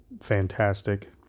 fantastic